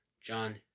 John